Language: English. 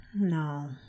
No